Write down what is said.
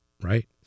right